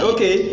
Okay